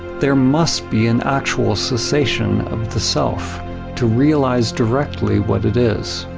there must be an actual cessation of the self to realize directly what it is,